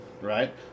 right